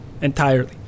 entirely